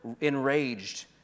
enraged